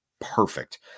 perfect